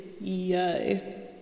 Yay